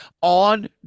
on